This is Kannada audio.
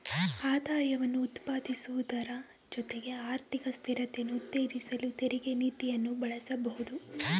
ಆದಾಯವನ್ನ ಉತ್ಪಾದಿಸುವುದ್ರ ಜೊತೆಗೆ ಆರ್ಥಿಕ ಸ್ಥಿರತೆಯನ್ನ ಉತ್ತೇಜಿಸಲು ತೆರಿಗೆ ನೀತಿಯನ್ನ ಬಳಸಬಹುದು